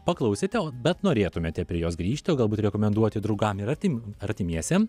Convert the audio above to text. paklausėte o bet norėtumėte prie jos grįžti o galbūt rekomenduoti draugam ir arti artimiesiem